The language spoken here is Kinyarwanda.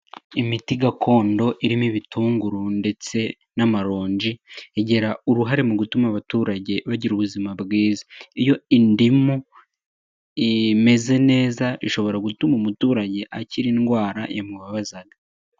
Imiti gakondo irimo ibitunguru ndetse n'amaronji igira uruhare mu gutuma abaturage bagira ubuzima bwiza. Iyo indimu imeze neza, ishobora gutuma umuturage akira indwara yamubabazaga.